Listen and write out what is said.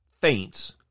faints